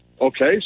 Okay